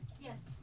Yes